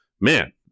man